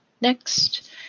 next